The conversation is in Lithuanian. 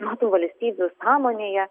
na tų valstybių sąmonėje